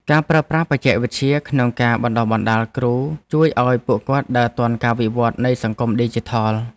ការប្រើប្រាស់បច្ចេកវិទ្យាក្នុងការបណ្តុះបណ្តាលគ្រូជួយឱ្យពួកគាត់ដើរទាន់ការវិវត្តនៃសង្គមឌីជីថល។